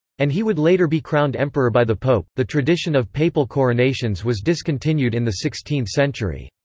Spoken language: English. and he would later be crowned emperor by the pope the tradition of papal coronations was discontinued in the sixteenth century.